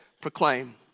proclaim